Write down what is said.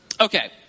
Okay